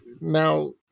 now